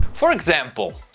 for example,